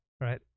right